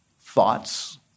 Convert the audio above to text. thoughts